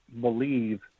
believe